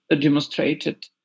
demonstrated